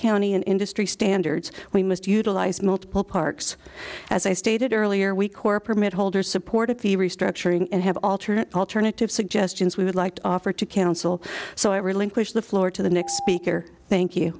county and industry standards we must utilize multiple parks as i stated earlier week or permit holder supported the restructuring and have alternate alternative suggestions we would like to offer to council so i relinquish the floor to the next speaker thank you